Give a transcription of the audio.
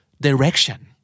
Direction